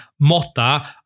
Motta